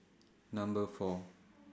Number four